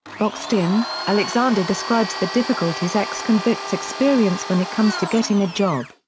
boxed in alexander describes the difficulties ex-convicts experience when it comes to getting a job.